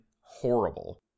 horrible